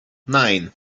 nine